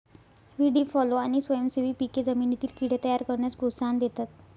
व्हीडी fallow आणि स्वयंसेवी पिके जमिनीतील कीड़े तयार करण्यास प्रोत्साहन देतात